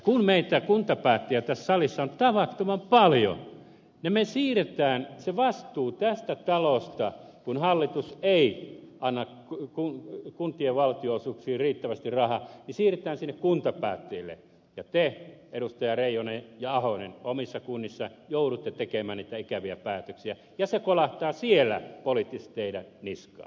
kun meitä kuntapäättäjiä tässä salissa on tavattoman paljon ja me siirrämme sen vastuun tästä talosta kun hallitus ei anna kuntien valtionosuuksiin riittävästi rahaa sinne kuntapäättäjille ja te edustajat reijonen ja ahonen omissa kunnissanne joudutte tekemään niitä ikäviä päätöksiä niin se kolahtaa siellä poliittisesti teidän niskaanne